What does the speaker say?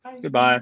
Goodbye